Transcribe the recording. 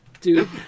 Dude